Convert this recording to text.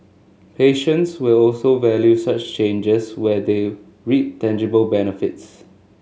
patients will also value such changes where they reap tangible benefits